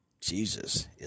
Jesus